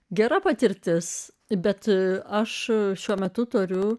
gera patirtis bet aš šiuo metu turiu